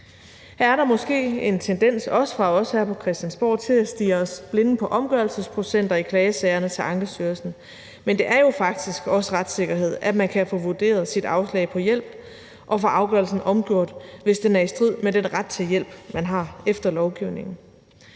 Her er der måske en tendens, også fra os her fra Christiansborg, til at stirre os blinde på omgørelsesprocenter i klagesagerne til Ankestyrelsen. Men det er jo faktisk også retssikkerhed, at man kan få vurderet sit afslag på hjælp og få afgørelsen omgjort, hvis den er i strid med den ret til hjælp, man har efter lovgivningen.